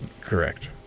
Correct